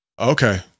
okay